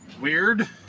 weird